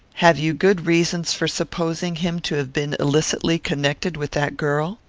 have you good reasons for supposing him to have been illicitly connected with that girl?